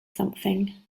something